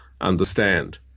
understand